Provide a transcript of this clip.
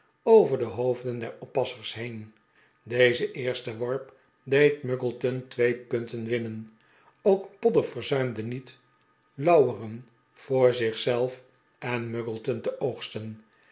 over de hoofden der oppassers heen deze eerste worp deed muggleton twee punten winnen ook podder verzuimde niet lauwerert voor zich zelf en muggleton te oogsten